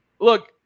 look